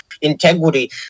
integrity